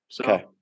Okay